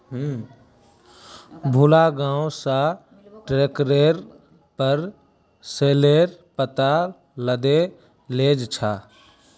भोला गांव स ट्रैक्टरेर पर सॉरेलेर पत्ता लादे लेजा छ